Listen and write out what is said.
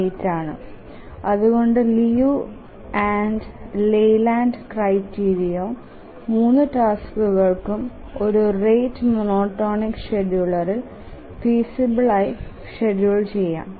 778 ആണ് അതുകൊണ്ട് Liu and Layland criterion 3 ടാസ്കുകൾക്കും ഒരു റേറ്റ് മോനോടോണിക് ഷ്ഡ്യൂളറിൽ ഫീസിബിൽ ആയി ഷ്ഡ്യൂൽ ചെയാം